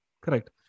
Correct